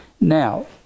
Now